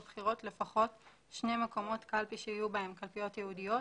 בחירות לפחות שני מקומות קלפי שיהיו בהם קלפיות ייעודית,